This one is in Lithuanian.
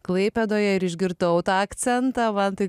klaipėdoje ir išgirdau tą akcentą va tai